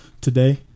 today